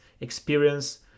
experience